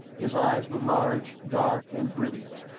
his eyes were large, dark, and brilliant,